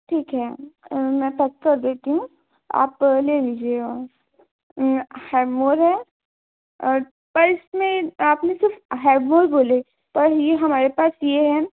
ठीक है मैं पैक कर देती हूँ आप ले लीजिए और हैवमोर है और पर इसमें आपने सिर्फ हैवमोर बोले पर यह हमारे पास यह है